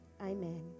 Amen